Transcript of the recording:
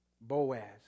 Boaz